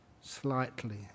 slightly